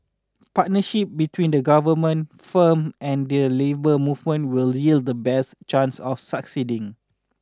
partnership between the Government firm and their labour movement will yield the best chance of succeeding